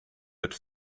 wird